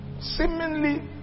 seemingly